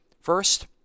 First